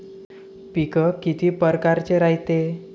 पिकं किती परकारचे रायते?